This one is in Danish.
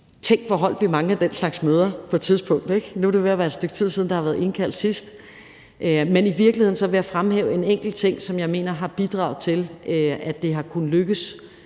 Tænk, hvor holdt vi mange af den slags møder på et tidspunkt, ikke? Nu er det ved at være et stykke tid siden, der har været indkaldt sidst. Men i virkeligheden vil jeg fremhæve en enkelt ting, som jeg mener har bidraget til, at det har kunnet lykkes,